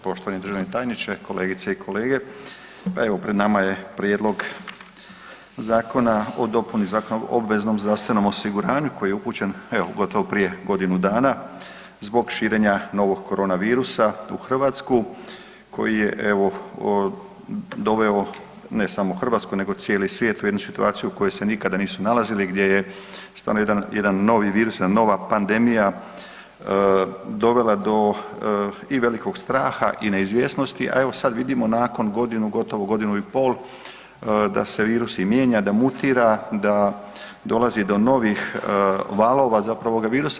Poštovani državni tajniče, kolegice i kolege, pa evo pred nama je Prijedlog Zakona o dopuni Zakona o obveznom zdravstvenom osiguranju koji je upućen evo gotovo prije godinu dana zbog širenja novog korona virusa u Hrvatsku, koji je evo doveo ne samo Hrvatsku nego cijeli svijet u jednu situaciju u kojoj se nikada nisu nalazili gdje je stvarno jedan novi virus, jedna nova pandemija dovela do i velikog straha i neizvjesnosti, a evo sad vidimo nakon godinu gotovo godinu i pol da se virus i mijenja, da mutira, da dolazi do novih valova zapravo ovog virusa.